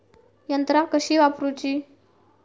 यंत्रा कशी वापरूची?